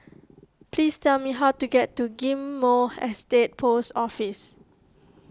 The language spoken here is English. please tell me how to get to Ghim Moh Estate Post Office